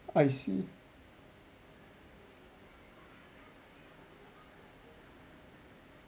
I see